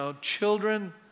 children